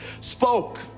spoke